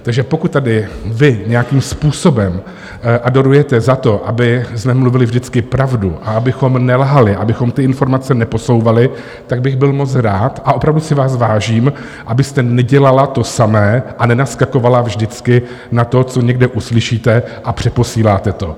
Takže pokud tady vy nějakým způsobem adorujete za to, abychom mluvili vždycky pravdu a abychom nelhali, abychom ty informace neposouvali, tak bych byl moc rád, a opravdu si vás vážím, abyste nedělala to samé a nenaskakovala vždycky na to, co někde uslyšíte, a přeposíláte to.